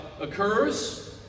occurs